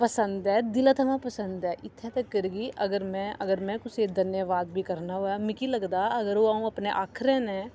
पसंद ऐ दिलै थमां पसंद ऐ इत्थें तगर बी अगर में अगर में कुसै गी धन्यावाद बी करना होऐ मिगी लगदा अगर ओह् अ'ऊं अपने अक्खरें ने